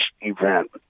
event